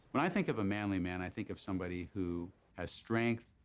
when i think of a manly man, i think of somebody who has strength,